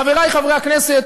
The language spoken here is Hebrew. חברי חברי הכנסת,